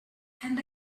and